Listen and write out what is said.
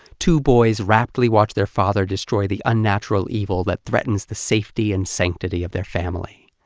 two boys raptly watch their father destroy the unnatural evil that threatens the safety and sanctity of their family.